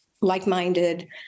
like-minded